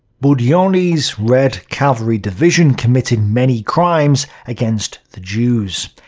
budyonny's red cavalry division committed many crimes against the jews.